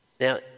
Now